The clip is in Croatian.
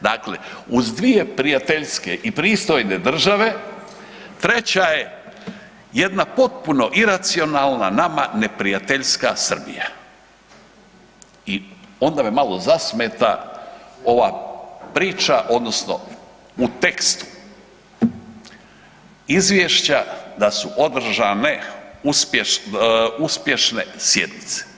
Dakle, uz dvije prijateljske i pristojne države, treća je jedna potpuno iracionalna nama neprijateljska Srbija i onda me malo zasmeta ova priča odnosno u tekstu, Izvješća da su održane uspješne sjednice.